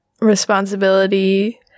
responsibility